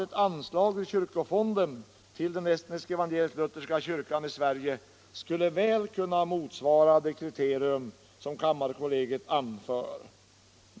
Ett anslag ur kyrkofonden till den estniska evangelisk-lutherska kyrkan i Sverige skulle väl motsvara det kriterium som kamTrarkall2ziet anför.